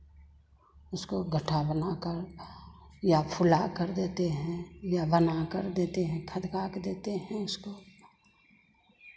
उसको घट्ठा बनाकर या फुलाकर देते हैं या बनाकर देते हैं खदका के देते हैं उसको